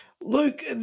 Luke